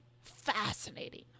fascinating